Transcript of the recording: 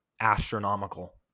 astronomical